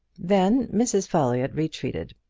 then mrs. folliott retreated,